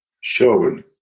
shown